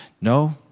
No